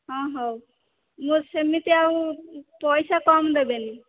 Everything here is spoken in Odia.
ହଁ ହୋଉ ମୁଁ ସେମିତିଆ ଆଉ ପଇସା କମ୍ ଦେବେନି